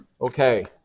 Okay